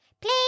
Please